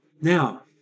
Now